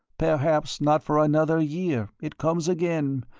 perhaps not for another year, it comes again,